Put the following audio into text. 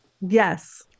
Yes